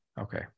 Okay